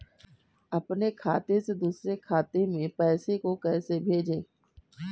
अपने खाते से दूसरे के खाते में पैसे को कैसे भेजे?